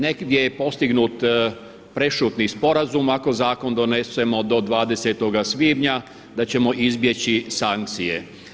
Negdje je postignut prešutni sporazum ako zakon donesemo do 20.-oga svibnja da ćemo izbjeći sankcije.